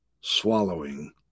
swallowing